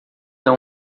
tão